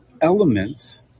Elements